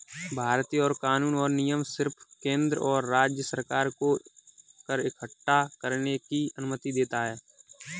भारतीय कर कानून और नियम सिर्फ केंद्र और राज्य सरकार को कर इक्कठा करने की अनुमति देता है